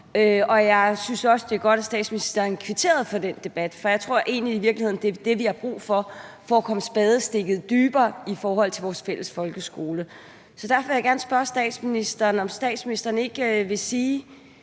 Og jeg synes også, det er godt, at statsministeren kvitterede for den debat, for jeg tror egentlig, at det i virkeligheden er det, vi har brug for for at komme spadestikket dybere i forhold til vores fælles folkeskole. Så derfor vil jeg gerne spørge statsministeren, om statsministeren ikke vil sige